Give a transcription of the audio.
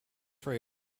ray